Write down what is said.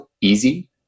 easy